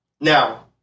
Now